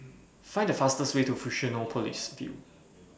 Find The fastest Way to Fusionopolis View